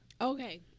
Okay